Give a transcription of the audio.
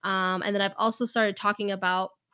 um and then i've also started talking about.